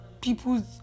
people's